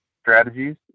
strategies